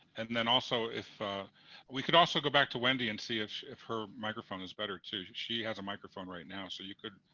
and then also, if we could also go back to wendy and see if if her microphone is better, too. she has a microphone right now, so you could